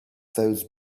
those